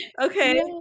Okay